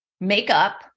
makeup